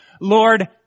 Lord